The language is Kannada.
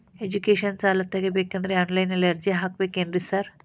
ಎಜುಕೇಷನ್ ಸಾಲ ತಗಬೇಕಂದ್ರೆ ಆನ್ಲೈನ್ ನಲ್ಲಿ ಅರ್ಜಿ ಹಾಕ್ಬೇಕೇನ್ರಿ ಸಾರ್?